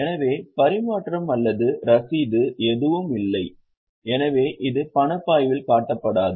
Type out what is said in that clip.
எனவே பணப்பரிமாற்றம் அல்லது ரசீது எதுவும் இல்லை எனவே இது பணப்பாய்வில் காட்டப்படாது